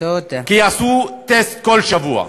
כי יעשו טסט כל שבוע.